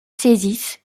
saisissent